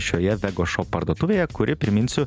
šioje vegošop parduotuvėje kuri priminsiu